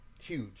Huge